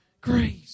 Grace